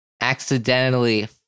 accidentally